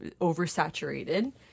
oversaturated